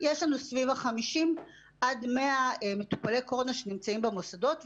יש לנו סביב 50 עד 100 מטופלי קורונה שנמצאים במוסדות.